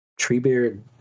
treebeard